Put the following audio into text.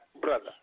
brother